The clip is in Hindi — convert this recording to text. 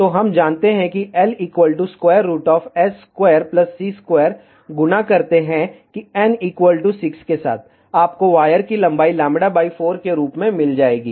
तो हम जानते हैं कि LS2C2 गुणा करते हैं कि n 6 के साथ आपको वायर की लंबाई λ 4 के रूप में मिल जाएगी